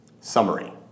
Summary